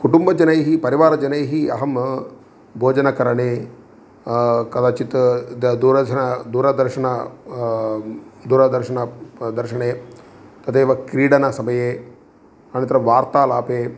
कुटुंबजनैः परिवारजनैः अहम् भोजनकरणे कदाचित् द दूरचन दूरदर्शनं दुरदर्शनं दर्शने तदेव क्रीडनसमये अनन्तरं वार्तालापे